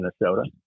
Minnesota